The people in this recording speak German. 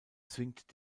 zwingt